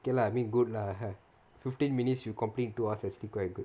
okay lah I mean good lah fifteen minutes you complete in two hours that's actually quite good